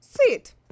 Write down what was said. Sit